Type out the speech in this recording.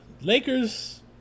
Lakers